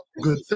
good